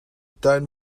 tuin